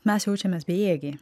mes jaučiamės bejėgiai